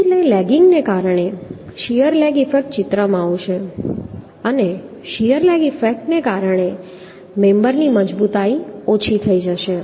તેથી તે લેગીંગને કારણે શીયર લેગ ઈફેક્ટ ચિત્રમાં આવશે અને શીયર લેગ ઈફેક્ટને કારણે મેમ્બરની મજબૂતાઈ ઓછી થઈ જશે